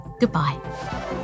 goodbye